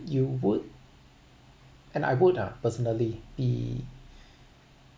you would and I would ah personally be